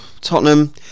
Tottenham